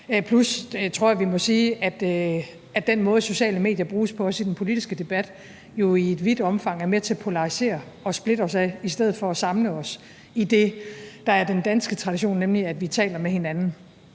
Og så tror jeg også, vi må sige, at den måde, sociale medier bruges på, også i den politiske debat, jo i vidt omfang er med til at polarisere og splitte os ad i stedet for at samle os i det, der er den danske tradition, nemlig at vi taler med hinanden.